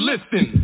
listen